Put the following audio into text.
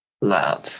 love